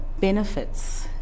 benefits